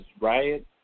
riot